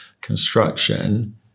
construction